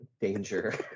danger